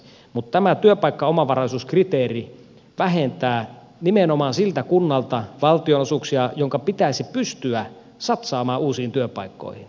mutta tämä työpaikkaomavaraisuuskriteeri vähentää valtionosuuksia nimenomaan siltä kunnalta jonka pitäisi pystyä satsaamaan uusiin työpaikkoihin